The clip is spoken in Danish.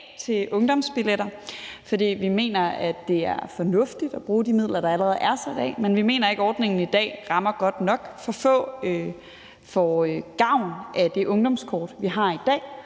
til ungdomsbilletter, fordi vi mener, det er fornuftigt at bruge de midler, der allerede er sat af. Men vi mener ikke, at ordningen i dag rammer godt nok. For få får gavn af det ungdomskort, vi har i dag,